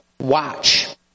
Watch